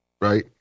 right